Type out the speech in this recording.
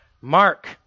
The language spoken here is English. Mark